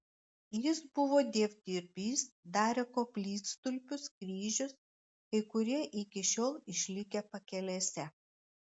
jis buvo dievdirbys darė koplytstulpius kryžius kai kurie iki šiol išlikę pakelėse